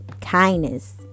kindness